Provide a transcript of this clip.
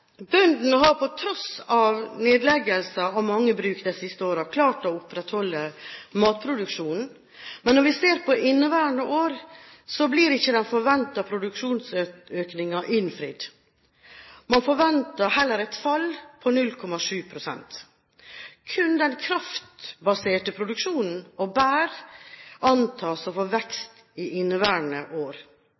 Bøndene har på tross av nedleggelser av mange bruk de siste årene klart å opprettholde matproduksjonen. Men når vi ser på inneværende år, blir ikke den forventede produksjonsøkningen innfridd. Man forventer heller et fall på 0,7 pst. Kun den kraftbaserte produksjonen og bær antas å få vekst i inneværende år.